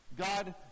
God